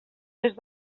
des